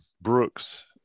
Brooks